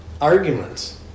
arguments